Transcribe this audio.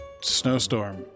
Snowstorm